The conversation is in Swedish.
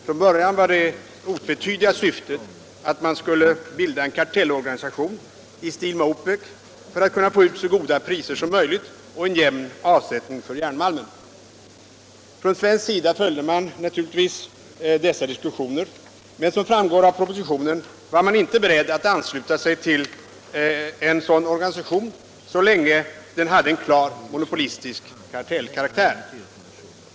Från början var det otvetydiga syftet att man skulle bilda en kartellorganisation i stil med OPEC för att kunna få ut så goda priser som möjligt och åstadkomma en jämn avsättning för järnmalmen. Från svensk sida följde man naturligtvis dessa diskussioner, men som framgår av propositionen var man inte beredd att ansluta sig till en sådan organisation så länge den hade en klart monopolistisk kartellkaraktär.